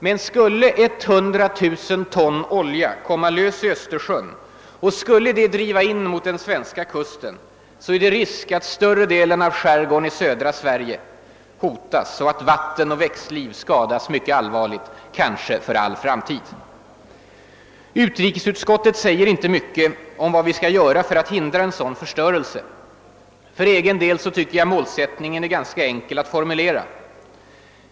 Men skulle 100 000 ton olja komma lös i Östersjön och driva in mot den svenska kusten är det risk för att större delen av skärgården i södra Sverige hotas och att vatten och växtliv skadas mycket allvarligt, kanske för all framtid. Utrikesutskottet säger inte mycket om vad vi skall göra för att hindra en sådan förstörelse. För egen del tycker jag att målsättningen är ganska enkel att formulera.